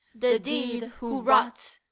the deed who wrought,